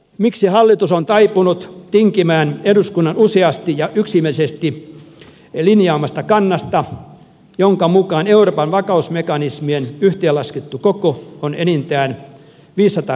miksi hallitus on taipunut tinkimään eduskunnan uusi asti ja yksinäisesti elin ja omasta kannasta jonka mukaan euroopan vakausmekanismien ryhtiä laskettu koko on enintään viisisataa